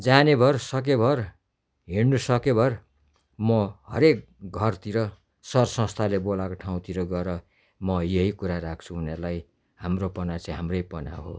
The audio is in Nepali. जानेभर सकेभर हिँड्नु सकेभर म हरेक घरतिर सर संस्थाले बोलाको ठाउँतिर गएर म यही कुरा राख्छु उनीहरूलाई हाम्रोपना चाहिँ हाम्रैपना हो